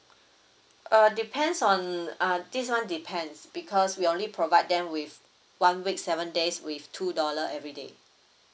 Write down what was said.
uh depends on uh this one depends because we only provide them with one week seven days with two dollar everyday